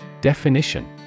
Definition